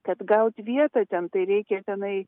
kad gauti vietą ten tai reikia tenai